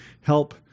help